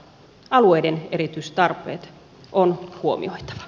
alueiden erityspiirteet on huomioitava